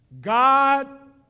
God